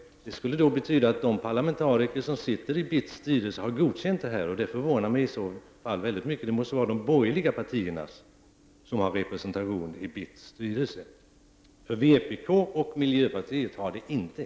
Det skulle betyda att de parlamentariker som sitter med i BITS styrelse har godkänt det hela. Om så är fallet förvånar det mig väldigt mycket. Det måste då vara fråga om de borgerliga partierna, som finns representerade i BITS styrelse, för vpk och miljöpartiet står utanför.